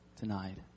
denied